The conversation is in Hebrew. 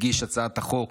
מגיש הצעת החוק,